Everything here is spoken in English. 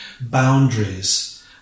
boundaries